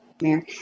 Mayor